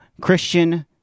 Christian